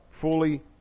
fully